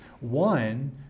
one